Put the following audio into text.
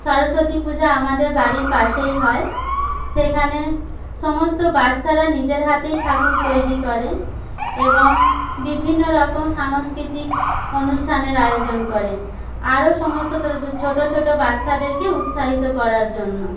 সরস্বতী পূজা আমাদের বাড়ির পাশেই হয় সেইখানে সমস্তবাচ্চারা নিজের হাতেই ঠাকুর তৈরি করে এবং বিভিন্নরকম সাংস্কৃতিক অনুষ্ঠানের আয়োজন করে আরও সমস্ত ছোটো ছোটো বাচ্চাদেরকে উৎসাহিত করার জন্য